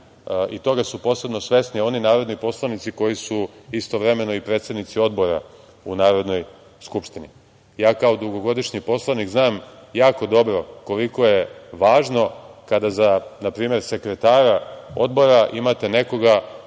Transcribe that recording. i toga su posebno svesni oni narodni poslanici koji su istovremeno i predsednici odbora u Narodnoj skupštini. Ja kao dugogodišnji poslanik znam jako dobro koliko je važno kada za npr. sekretara Odbora imate nekoga